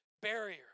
barrier